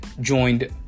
joined